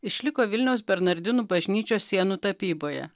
išliko vilniaus bernardinų bažnyčios sienų tapyboje